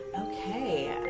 Okay